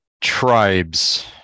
tribes